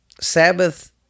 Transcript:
Sabbath